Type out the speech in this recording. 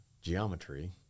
geometry